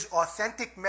authentic